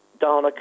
Dana